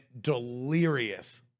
delirious